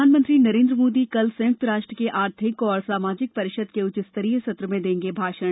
प्रधानमंत्री नरेन्द्र मोदी कल संयुक्त राष्ट्र के आर्थिक और सामाजिक परिषद के उच्च स्तरीय सत्र में देंगे भाषण